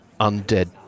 undead